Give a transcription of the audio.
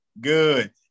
Good